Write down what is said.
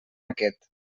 aquest